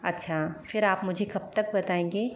अच्छा फिर आप मुझे कब तक बताएंगे